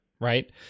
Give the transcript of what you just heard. right